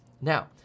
Now